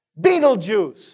Beetlejuice